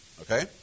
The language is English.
Okay